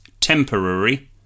temporary